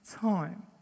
time